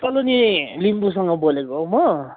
सलोनी लिम्बुसँग बोलेको हो म